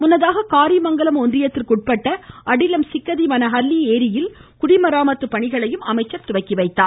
முன்னதாக காரிமங்கலம் ஒன்றியத்திற்குட்பட்ட அடிலம் சிக்கதிமனஹல்லி ஏரியில் குடிமராமத்து பணிகளையும் அவர் துவக்கி வைத்தார்